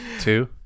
two